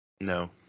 No